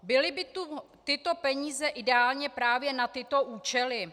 Byly by tu tyto peníze ideálně právě na tyto účely?